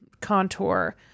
contour